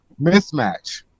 mismatch